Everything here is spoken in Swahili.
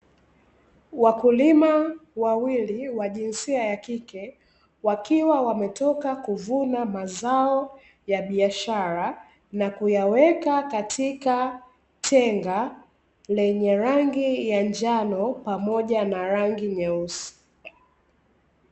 Wakulima wawili wa jinsia ya kike wakiwa wametoka kuvuna mazao ya biashara, na kuyaweka katika tenga lenye rangi ya njano pamoja na rangi nyeusi.